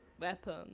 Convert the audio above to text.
weapon